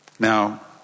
Now